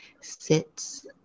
sits